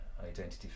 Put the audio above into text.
identity